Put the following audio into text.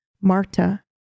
Marta